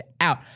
out